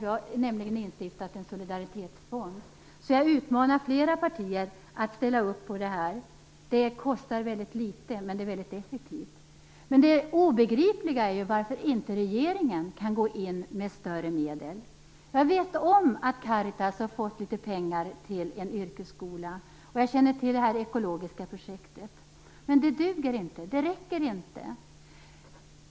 Vi har nämligen instiftat en solidaritetsfond. Jag utmanar fler partier att ställa upp på detta. Det kostar väldigt litet, men är mycket effektivt. Det obegripliga är ju att inte regeringen kan gå in med större medel. Jag vet att Caritas har fått litet pengar till en yrkesskola, och jag känner till det ekologiska projektet. Men det duger inte. Det räcker inte.